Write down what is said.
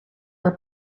our